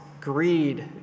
greed